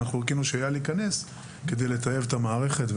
אנחנו חיכינו שאייל ייכנס, כדי לתעל את המערכת,